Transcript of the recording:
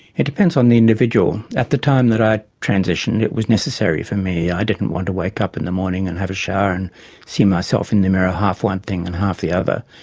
it depends on the individual. at the time that i transitioned it was necessary for me. i didn't want to wake up in the morning and have a shower and see myself in the mirror half one thing and half the other.